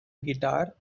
guitar